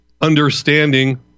understanding